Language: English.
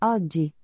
Oggi